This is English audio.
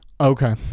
Okay